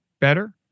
better